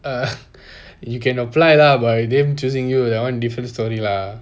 err you can apply lah but them choosing you that one different story lah